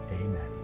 amen